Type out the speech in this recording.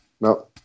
no